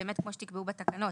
כמו שתקבעו בתקנות,